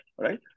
right